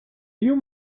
you